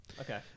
okay